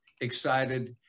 excited